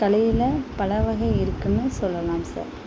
கலையில் பல வகை இருக்குதுன்னு சொல்லலாம் சார்